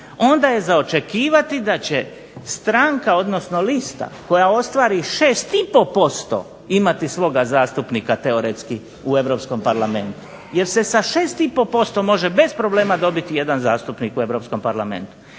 onda je za očekivati da će stranka, odnosno lista koja ostvari 6,5% imati svoga zastupnika teoretski u Europskom parlamentu jer se sa 6,5% može bez problema dobiti jedan zastupnik u Europskom parlamentu.